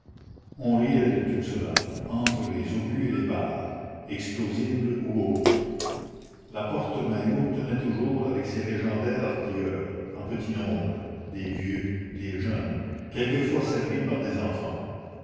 on riait de tout cela entre les obus et les balles explosibles ou autres la commune la porte maillot tenait toujours avec ses légendaires artilleurs en petit nombre des vieux des jeunes quelquefois servis par des enfants